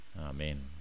amen